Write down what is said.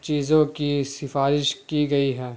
چیزوں کی سفارش کی گئی ہے